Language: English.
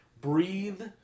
Breathe